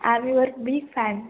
I am your big fan